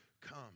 come